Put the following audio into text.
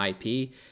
IP